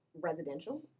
residential